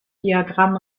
diagramm